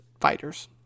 fighters